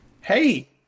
Hey